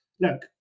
look